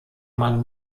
mann